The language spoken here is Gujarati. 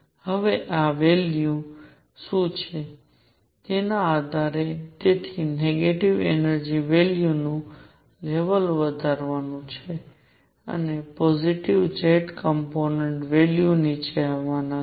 હવે આ વૅલ્યુ શું છે તેના આધારે તેથી નેગેટિવ એનર્જિ વૅલ્યુ નું લેવલ વધવા નું છે અને પોજીટીવ z કોમ્પોનેંટ વૅલ્યુ નીચે આવવાનાં છે